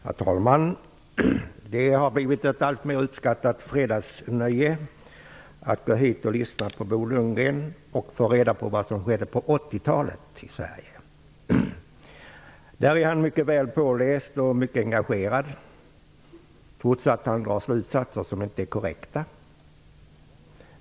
Herr talman! Det har blivit ett alltmer uppskattat fredagsnöje att gå hit och lyssna på Bo Lundgren för att få reda på vad som skedde i Sverige under 80-talet. På detta är han mycket väl påläst och engagerad, trots att han drar slutsatser som inte är korrekta.